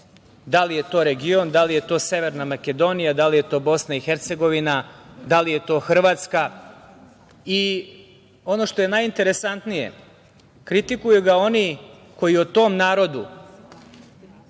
da li je to region, da li je to Severna Makedonija, da li je to BiH, da li je to Hrvatska? Ono što je najinteresantnije kritikuju ga oni koji o tom narodu